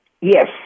Yes